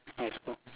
ah